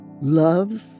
love